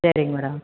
சேரிங்க மேடம்